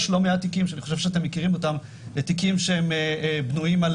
יש לא מעט תיקים אני חושב שאתם מכירים אותם שבנויים על